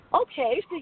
okay